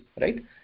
right